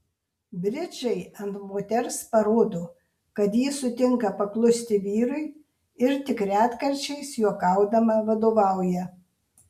bridžai ant moters parodo kad ji sutinka paklusti vyrui ir tik retkarčiais juokaudama vadovauja